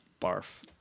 Barf